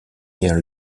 year